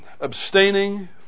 abstaining